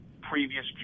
previous